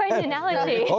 ah analogy